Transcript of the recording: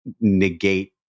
negate